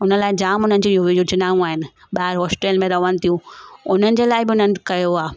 हुन लाइ जाम हुनजी यो योजनाऊं आहिनि ॿाहिरि हॉस्टेल में रहनि थियूं उन्हनि जे लाइ बि उन्हनि कयो आहे